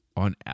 on